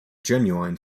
genuine